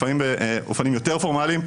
לפעמים באופנים יותר פורמליים,